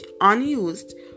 unused